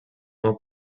uma